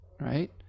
right